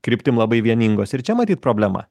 kryptim labai vieningos ir čia matyt problema